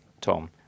Tom